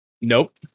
Nope